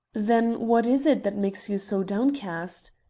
then what is it that makes you so downcast?